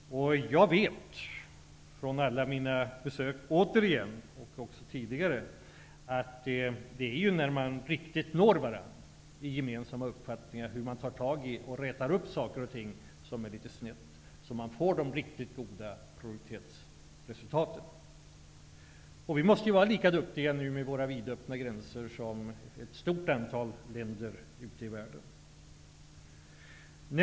Jag vet från alla mina besök ute i landet - nu och tidigare - att det är när man riktigt når varandra, när man har samma uppfattning om hur man skall gå till väga för att få ordning på saker och ting, som man får de riktigt goda produktivitetsresultaten. Med våra gränser vidöppna måste vi nu vara lika duktiga som man är i ett stort antal länder ute i världen.